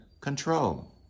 control